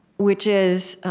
which is